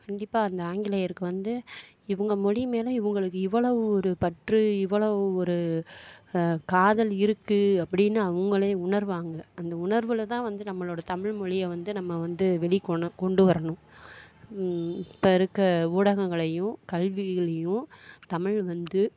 கண்டிப்பாக அந்த ஆங்கிலேயருக்கு வந்து இவங்க மொழி மேலே இவங்களுக்கு இவ்வளவு ஒரு பற்று இவ்வளவு ஒரு காதல் இருக்குது அப்படினு அவங்களே உணர்வாங்க அந்த உணர்வில் தான் வந்து நம்மளோட தமிழ் மொழியை வந்து நம்ம வந்து வெளி கொண கொண்டு வரணும் இப்போ இருக்க ஊடகங்களையும் கல்விகளையும் தமிழ் வந்து